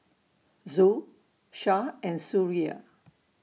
Zul Shah and Suria